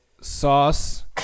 sauce